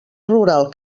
rural